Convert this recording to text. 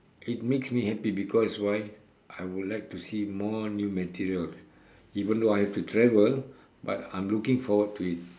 it makes me happy because why I would like to see more new materials even though I have to travel but I'm looking forward to it